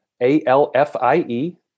A-L-F-I-E